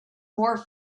more